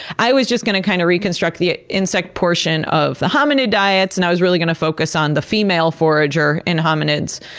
i was just gonna kind of reconstruct the ah insect portion of the hominid diets, and i was really gonna focus on the female forager in hominids.